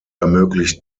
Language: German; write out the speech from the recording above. ermöglicht